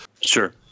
Sure